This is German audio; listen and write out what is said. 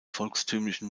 volkstümlichen